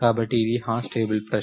కాబట్టి ఇది hash table ప్రశ్న